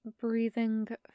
breathing